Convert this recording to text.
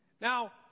Now